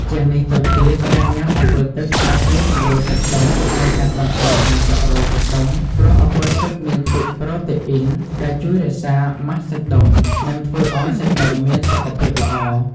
ជាងនេះទៅទៀត ការញុំាអម្ពិលទឹកអាចជួយសម្រួលសាច់ដុំ និងកាត់បន្ថយការចុករោយសាច់ដុំ ព្រោះអម្ពិលទឹកមានផ្ទុកប្រូតេអ៊ីនដែលជួយរក្សាម៉ាសសាច់ដុំ និងធ្វើឱ្យសាច់ដុំមានសុខភាពល្អ។